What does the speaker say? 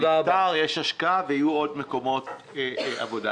יש השקעה וכך יהיו עוד מקומות עבודה.